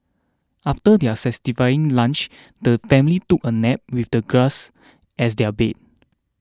after their satisfying lunch the family took a nap with the grass as their bed